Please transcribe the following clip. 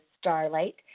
Starlight